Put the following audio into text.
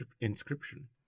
inscription